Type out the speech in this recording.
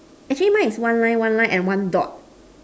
actually mine is one line one line and one dot